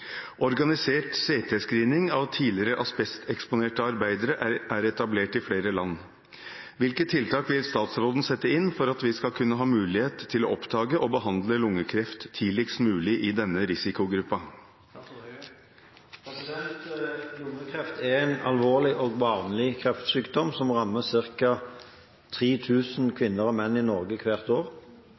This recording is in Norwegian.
Organisert CT-screening av tidligere asbesteksponerte arbeidere er etablert i flere land. Hvilke tiltak vil statsråden sette inn for at vi skal kunne ha mulighet til å oppdage og behandle lungekreft tidligst mulig i denne risikogruppa?» Lungekreft er en alvorlig og vanlig kreftsykdom som rammer ca. 3 000 kvinner og menn i Norge hvert år.